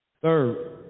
Third